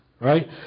right